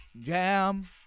Jam